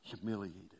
humiliated